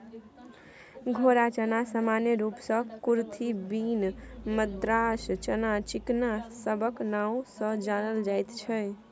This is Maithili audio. घोड़ा चना सामान्य रूप सँ कुरथी, बीन, मद्रास चना, चिकना सबक नाओ सँ जानल जाइत छै